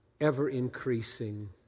ever-increasing